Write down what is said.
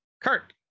Kurt